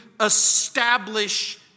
establish